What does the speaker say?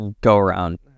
go-around